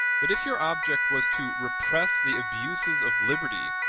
but if your object was to repress the abuses of liberty,